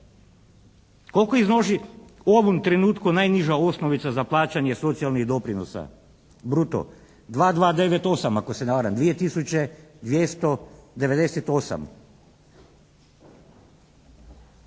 Koliko iznosi u ovom trenutku najniža osnovica za plaćanje socijalnih doprinosa, bruto? 2298 ako se ne varam, 2